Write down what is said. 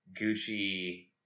Gucci